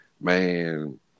man